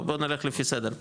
קודם נלך לפי סדר,